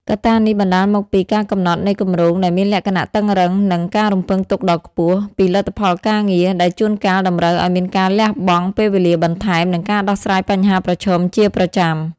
កត្ដានេះបណ្ដាលមកពី ការកំណត់នៃគម្រោងដែលមានលក្ខណៈតឹងរ៉ឹង និង ការរំពឹងទុកដ៏ខ្ពស់ ពីលទ្ធផលការងារ ដែលជួនកាលតម្រូវឱ្យមានការលះបង់ពេលវេលាបន្ថែម និងការដោះស្រាយបញ្ហាប្រឈមជាប្រចាំ។